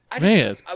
Man